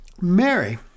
Mary